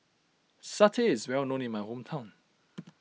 Satay is well known in my hometown